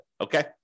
Okay